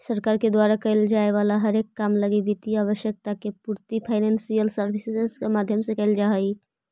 सरकार के द्वारा कैल जाए वाला हरेक काम लगी वित्तीय आवश्यकता के पूर्ति फाइनेंशियल सर्विसेज के माध्यम से कैल जा हई